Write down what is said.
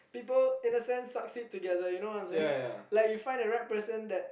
people in a sense succeed together you know what I'm saying like you find a right person that